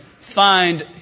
find